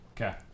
Okay